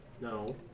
No